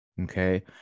Okay